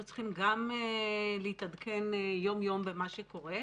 צריכים גם להתעדכן יום-יום במה שקורה,